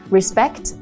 Respect